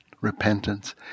repentance